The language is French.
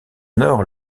nord